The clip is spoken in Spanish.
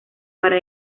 para